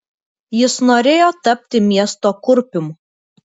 jis norėjo tapti miesto kurpium